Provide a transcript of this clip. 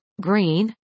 green